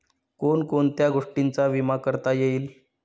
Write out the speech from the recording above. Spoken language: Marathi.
कोण कोणत्या गोष्टींचा विमा करता येईल?